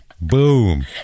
Boom